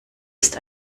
ist